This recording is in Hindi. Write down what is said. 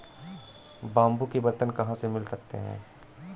बाम्बू के बर्तन कहाँ से मिल सकते हैं?